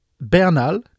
Bernal